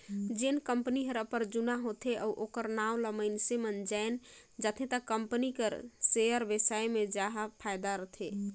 जेन कंपनी हर जुना होथे अउ ओखर नांव ल मइनसे मन जाएन जाथे त कंपनी कर सेयर बेसाए मे जाहा फायदा रथे